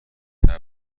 تولد